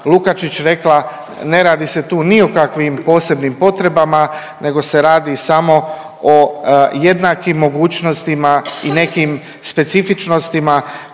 Lukačić rekla, ne radi se tu ni o kakvim posebnim potrebama, nego se radi samo o jednakim mogućnostima i nekim specifičnostima